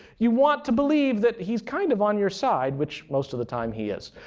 you want to believe that he's kind of on your side, which most of the time he is.